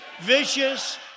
vicious